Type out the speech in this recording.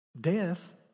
death